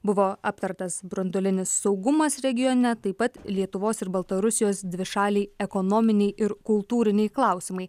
buvo aptartas branduolinis saugumas regione taip pat lietuvos ir baltarusijos dvišaliai ekonominiai ir kultūriniai klausimai